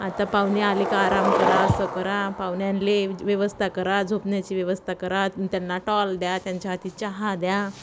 आता पाहुणे आले का आराम करा असं करा पाहुण्यांला व्यवस्था करा झोपण्याची व्यवस्था करा त्यांना टॉल द्या त्यांच्या हाती चहा द्या